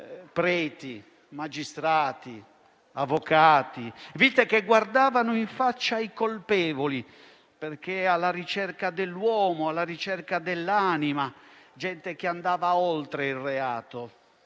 preti, magistrati e avvocati; vite che guardavano in faccia i colpevoli perché alla ricerca dell'uomo, alla ricerca dell'anima, gente che andava oltre il reato.